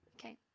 Okay